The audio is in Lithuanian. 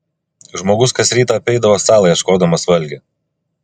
žmogus kas rytą apeidavo salą ieškodamas valgio